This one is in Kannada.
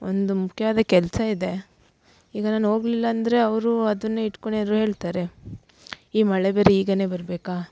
ಒಂದು ಮುಖ್ಯವಾದ ಕೆಲಸ ಇದೆ ಈಗ ನಾನು ಹೋಗ್ಲಿಲ್ಲ ಅಂದರೆ ಅವರೂ ಅದನ್ನೆ ಇಟ್ಕೊಂಡು ಏನಾದರು ಹೇಳ್ತಾರೆ ಈ ಮಳೆ ಬೇರೆ ಈಗೆ ಬರಬೇಕಾ